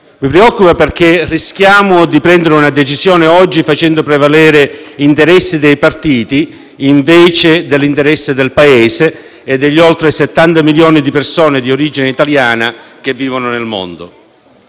mi preoccupa, perché oggi rischiamo di prendere una decisione facendo prevalere gli interessi dei partiti, invece di quello del Paese e degli oltre 70 milioni di persone di origine italiana che vivono nel mondo.